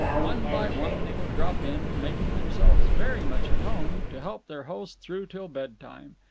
one by one they would drop in, making themselves very much at home, to help their host through till bedtime.